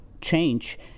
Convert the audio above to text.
change